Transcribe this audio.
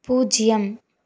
பூஜ்ஜியம்